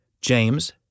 james